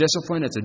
discipline